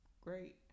great